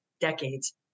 decades